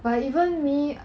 but even me